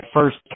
first